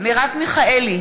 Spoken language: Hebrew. אברהם מיכאלי,